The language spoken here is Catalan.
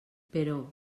però